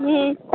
हॅं